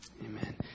Amen